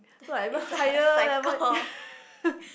so like even higher level